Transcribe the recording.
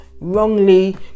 wrongly